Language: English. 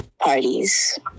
parties